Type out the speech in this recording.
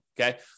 okay